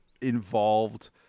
involved